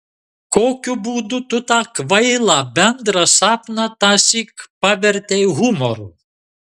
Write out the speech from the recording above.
kokiu būdu tu tą kvailą bendrą sapną tąsyk pavertei humoru